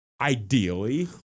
Ideally